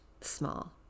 small